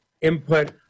input